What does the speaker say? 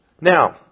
Now